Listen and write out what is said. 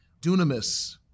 dunamis